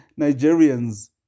Nigerians